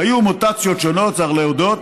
היו מוטציות שונות, צריך להודות.